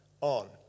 on